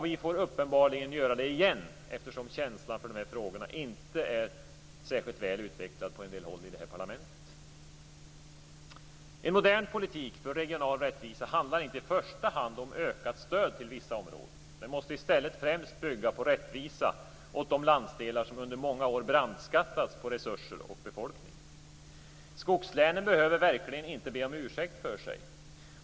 Vi får uppenbarligen göra det igen, eftersom känslan för de här frågorna inte är särskilt väl utvecklad på en del håll i det här parlamentet. En modern politik för regional rättvisa handlar inte i första hand om ökat stöd till vissa områden. Den måste i stället främst bygga på rättvisa åt de landsdelar som under många år brandskattats på resurser och befolkning. Skogslänen behöver verkligen inte be om ursäkt för sig.